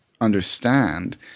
understand